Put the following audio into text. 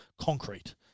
concrete